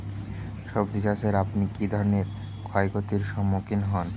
সবজী চাষে আপনি কী ধরনের ক্ষয়ক্ষতির সম্মুক্ষীণ হন?